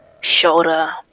shoulder